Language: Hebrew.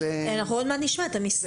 אנחנו עוד מעט נשמע את המשרדים.